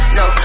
no